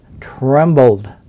trembled